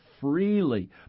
freely